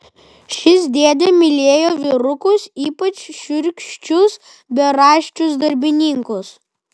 šis dėdė mylėjo vyrukus ypač šiurkščius beraščius darbininkus